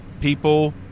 People